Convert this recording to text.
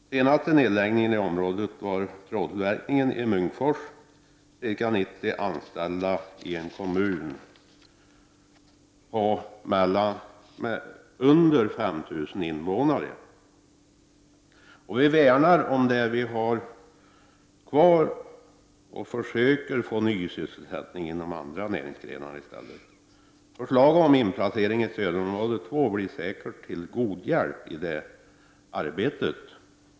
Den senaste nedläggningen i området var trådtillverkningen i Munkfors som berörde ca 90 anställda i en kommun med under 5 000 invånare. Vi värnar om det vi har kvar, och vi försöker få fram ny sysselsättning inom andra näringsgrenar i stället. Förslaget om inplacering i stödområde 2 kommer säkert att bli till god hjälp i detta arbete.